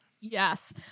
Yes